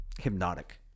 hypnotic